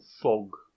fog